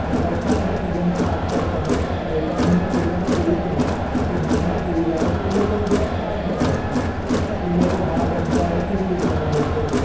ને વરસાદનાં સીઝનમાં ખાસ કર તમે પોતાનું ને પોતાનાં પોયરાનું જે નાનલાં પોયરા હોય એ લોકોને જરાક ખાસ ધ્યાન રાખવું કે એ લોકો બહાર રમતાં હોય તો કેવી રીતનાં રમે છે